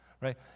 right